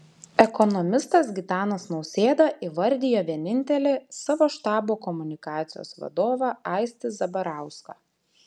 ekonomistas gitanas nausėda įvardijo vienintelį savo štabo komunikacijos vadovą aistį zabarauską